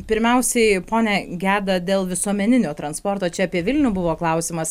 pirmiausiai pone geda dėl visuomeninio transporto čia apie vilnių buvo klausimas